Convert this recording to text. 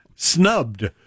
Snubbed